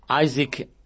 Isaac